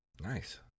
nice